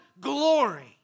glory